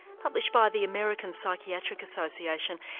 published by the american psychiatric association.